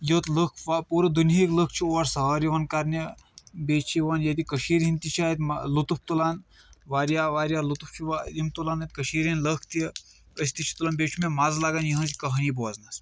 یوت لُکھ پوٗرٕ دُنیٚکۍ لُکھ چھِ اور سٲر یِوان کَرنہِ بیٚیہِ چھِ یِوان ییٚتہِ کٔشیٖر ہٕنٛدۍ تہِ چھِ اَتہِ لطف تُلان واریاہ واریاہ لُطف چُھ یِم تُلان یتھ کٔشیٖر ہٕنٛد لُکھ تہِ أسۍ تہِ چھِ بیٚیہِ چُھ مےٚ مَزٕ لگان یِہنٛز یہِ کہانی بوزنَس